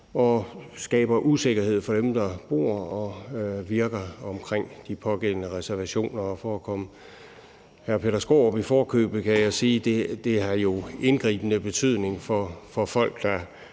og skaber usikkerhed for dem, der bor og virker omkring de pågældende reservationer. Og for at komme hr. Peter Skaarup i forkøbet kan jeg sige, at det jo har indgribende betydning for folk, der